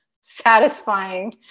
satisfying